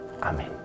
Amen